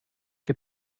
wir